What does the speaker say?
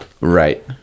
Right